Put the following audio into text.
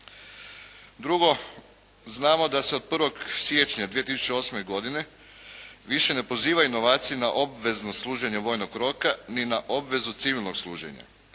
Drugo, znamo da se od 1. siječnja 2008. godine više ne pozivaju novaci na obvezno služenje vojnog roka ni na obvezu civilnog služenja.